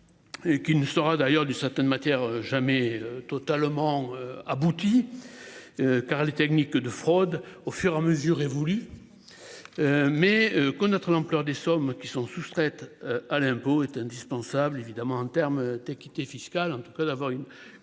Et qui ne sera d'ailleurs de certaines matières jamais totalement abouti. Car les techniques de fraudes au fur et à mesure et vous lit. Mais connaître l'ampleur des sommes qui sont soustraites à l'impôt est indispensable évidemment en termes d'équité fiscale en tout cas d'avoir une